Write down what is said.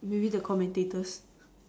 really the commentators